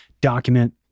document